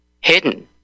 hidden